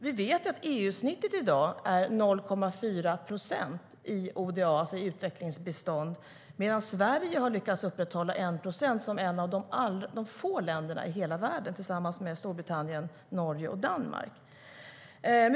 Vi vet att EU-snittet i dag är 0,4 procent i ODA, utvecklingsbistånd, medan Sverige har lyckats upprätthålla 1 procent som ett av få länder i hela världen tillsammans med Storbritannien, Norge och Danmark.